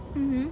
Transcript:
mmhmm